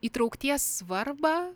įtraukties svarbą